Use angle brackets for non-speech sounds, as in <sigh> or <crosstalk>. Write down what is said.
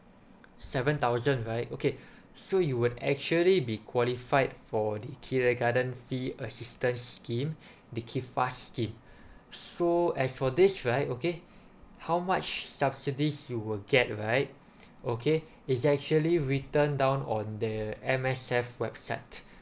seven thousand right okay <breath> so you will actually be qualified for the kindergarten fee assistant scheme <breath> the K_I_F_A_S scheme <breath> so as for this right okay how much subsidies you will get right <breath> okay it's actually written down oN the M_S_F website